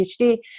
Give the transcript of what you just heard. PhD